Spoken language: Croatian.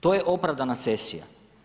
To je opravdana cesija.